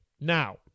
Now